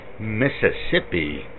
Mississippi